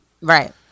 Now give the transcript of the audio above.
Right